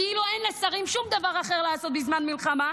כאילו אין לשרים שום דבר אחר לעשות בזמן מלחמה,